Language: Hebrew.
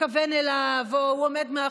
התקופה עומדת על שנה וחצי,